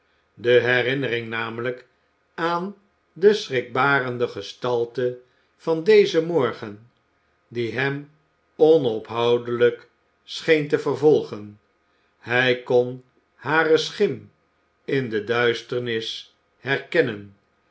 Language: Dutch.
de herinnering namelijk aan de schrikbarende gestalte van dezen morgen die hem onophoudelijk scheen te vervolgen hij kon hare schim in de duisternis herkennen